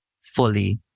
fully